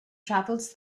travels